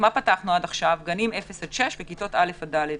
פתחנו עד עכשיו גנים 0 עד 6 וכיתות א' עד ד'.